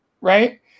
right